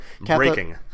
Breaking